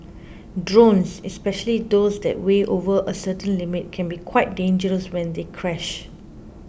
drones especially those that weigh over a certain limit can be quite dangerous when they crash